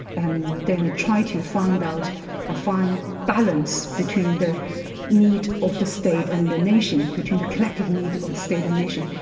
and then try to find out a fine balance between the need of the state and the nation, between the collective need of the state and nation,